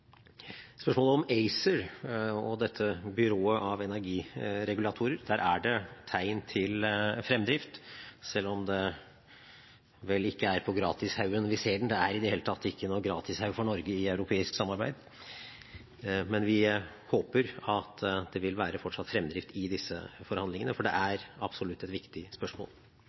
spørsmålet om energiregulatorbyrået ACER: Der er det tegn til fremdrift, selv om det vel ikke er fra gratishaugen vi ser den. Det er i det hele tatt ikke noen gratishaug for Norge i europeisk samarbeid, men vi håper at det vil være fortsatt fremdrift i disse forhandlingene, for det er